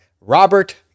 Robert